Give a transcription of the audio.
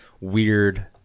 weird